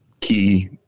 key